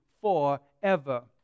forever